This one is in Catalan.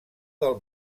del